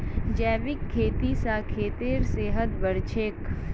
जैविक खेती स खेतेर सेहत बढ़छेक